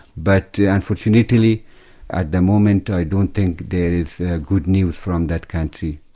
but unfortunately at the moment i don't think there is good news from that country.